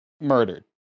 murdered